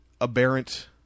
aberrant